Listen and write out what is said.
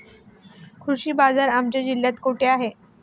कृषी बाजार आमच्या जिल्ह्यात कुठे आहे?